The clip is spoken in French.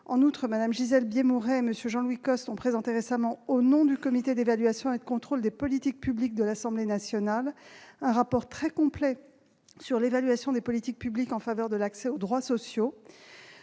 En outre, Mme Gisèle Biémouret et M. Jean-Louis Costes ont récemment présenté, au nom du comité d'évaluation et de contrôle des politiques publiques de l'Assemblée nationale, un rapport très complet sur l'évaluation des politiques publiques en faveur de l'accès aux droits sociaux.